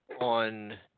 on –